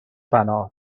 پناه